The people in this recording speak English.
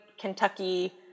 Kentucky